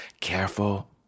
careful